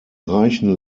reichen